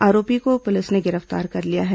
आरोपी को पुलिस ने गिरफ्तार कर लिया है